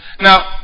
Now